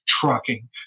trucking